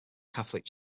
catholic